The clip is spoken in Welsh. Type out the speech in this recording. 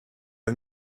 yng